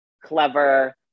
clever